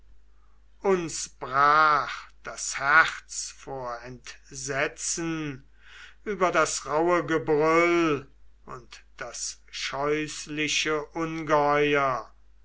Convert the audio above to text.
uns brach das herz vor entsetzen über das rauhe gebrüll und das scheußliche ungeheuer